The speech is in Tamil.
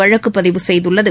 வழக்குப் பதிவு செய்துள்ளது